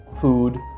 food